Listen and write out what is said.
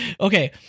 okay